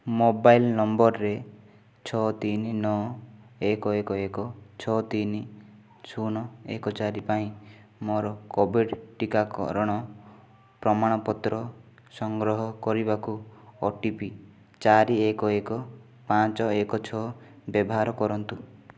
mobile ନମ୍ବର୍ରେ ଛଅ ତିନ ନଅ ଏକ ଏକ ଏକ ଛଅ ତିନ ଶୂନ ଏକ ଚାରି ପାଇଁ ମୋର କୋଭିଡ଼୍ ଟିକାକରଣ ପ୍ରମାଣପତ୍ର ସଂଗ୍ରହ କରିବାକୁ ଓ ଟି ପି ଚାରି ଏକ ଏକ ପାଞ୍ଚ ଏକ ଛଅ ବ୍ୟବହାର କରନ୍ତୁ